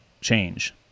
change